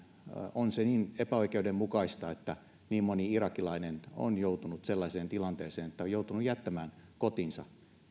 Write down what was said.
on se niin epäoikeudenmukaista että niin moni irakilainen on joutunut sellaiseen tilanteeseen että on joutunut jättämään kotinsa